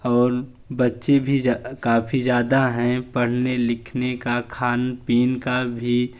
और बच्चे भी जा काफ़ी ज़्यादा है पढ़ने लिखने का खान पीन का भी